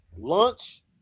Lunch